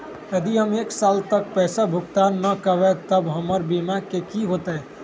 यदि हम एक साल तक पैसा भुगतान न कवै त हमर बीमा के की होतै?